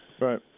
right